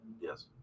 Yes